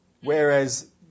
whereas